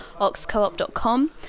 oxcoop.com